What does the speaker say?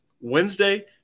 Wednesday